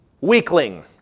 weakling